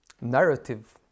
narrative